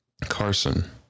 Carson